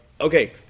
okay